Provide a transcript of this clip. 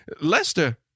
Lester